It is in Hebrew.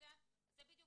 בדיוק